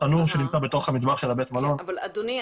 התנור שנמצא במטבח שבבית המלון --- אדוני,